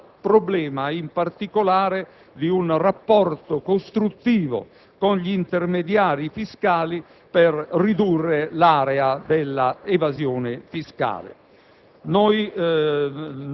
si riferiscono, in particolare, al problema di un rapporto costruttivo con gli intermediari fiscali per ridurre l'area dell'evasione fiscale.